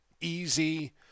easy